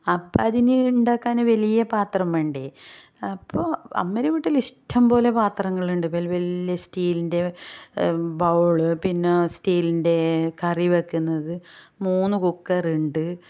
അപ്പോൾ അതിന് ഉണ്ടാക്കാൻ വലിയ പാത്രം വേണ്ടേ അപ്പോൾ അമ്മേരെ വീട്ടിൽ ഇഷ്ടംപോലെ പാത്രങ്ങളുണ്ട് വലിയ വലിയ സ്റ്റീലിൻ്റെ ബൗൾ പിന്നെ സ്റ്റീലിൻ്റെ കറിവെക്കുന്നത് മൂന്ന് കുക്കറുണ്ട്